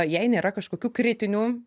jei nėra kažkokių kritinių